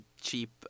cheap